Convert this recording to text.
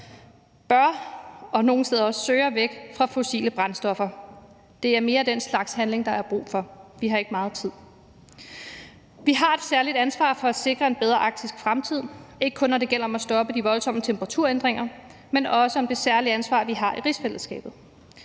– og nogle steder også søger – væk fra fossile brændstoffer. Det er mere af den slags handling, der er brug for. Vi har ikke meget tid. Vi har et særligt ansvar for at sikre en bedre arktisk fremtid, ikke kun når det gælder om at stoppe de voldsomme temperaturændringer, men også om det særlige ansvar, vi har i rigsfællesskabet.